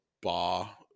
bar